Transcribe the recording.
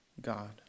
God